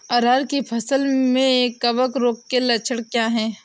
अरहर की फसल में कवक रोग के लक्षण क्या है?